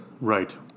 Right